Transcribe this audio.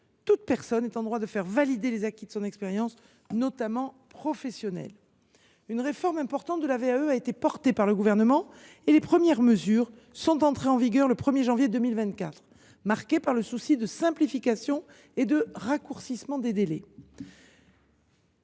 toute personne est en droit de faire valider les acquis de son expérience, notamment professionnelle ». Une réforme importante de la VAE a été portée par le Gouvernement et les premières mesures sont entrées en vigueur le 1 janvier 2024. Elles sont marquées par le souci de simplification et de raccourcissement des délais.